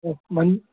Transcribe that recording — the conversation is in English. okay